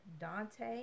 Dante